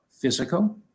physical